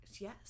Yes